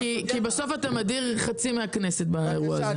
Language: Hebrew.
בסוף אתה מדיר חצי מהכנסת באירוע הזה.